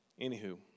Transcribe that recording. Anywho